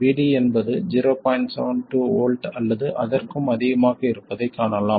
72 V அல்லது அதற்கும் அதிகமாக இருப்பதைக் காணலாம்